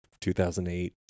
2008